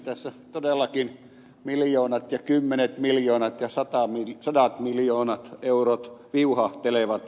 tässä todellakin miljoonat ja kymmenet miljoonat ja sadat miljoonat eurot viuhahtelevat